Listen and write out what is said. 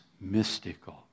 mystical